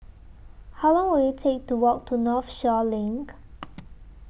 How Long Will IT Take to Walk to Northshore LINK